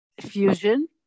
fusion